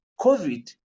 COVID